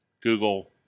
Google